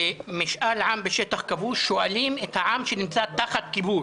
משאל העם בשטח כבוש שואלים את העם שנמצא תחת כיבוש,